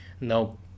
no